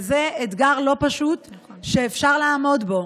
זה אתגר לא פשוט שאפשר לעמוד בו.